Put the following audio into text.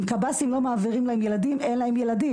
אם הקב"סים לא מעבירים להם ילדים, אין להם ילדים.